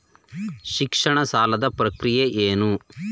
ಶಿಕ್ಷಣ ಸಾಲದ ಪ್ರಕ್ರಿಯೆ ಏನು?